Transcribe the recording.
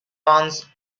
ones